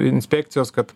inspekcijos kad